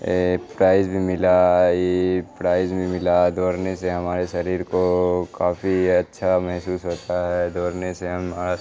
price بھی ملا prize بھی ملا دوڑنے سے ہمارے شریر کو کافی اچھا محسوس ہوتا ہے دوڑنے سے ہما